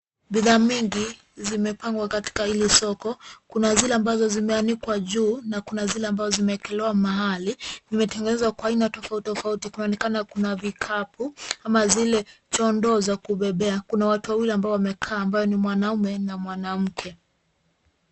Bidhaa mingi zimepangwa katika hili soko. Kuna zile ambazo zimeanikwa juu na kuna zile ambazo zimewekelewa mahali. Vimetengenezwa kwa aina tofauti tofauti. Kunaonekana kuna vikapu kama zile ndoo za kubebea. Kuna watu wawili ambao wamekaa ambao ni mwanaume na mwanamke.